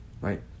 Right